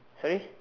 sorry